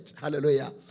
Hallelujah